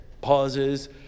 pauses